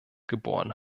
geboren